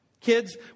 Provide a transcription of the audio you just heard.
Kids